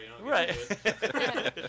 Right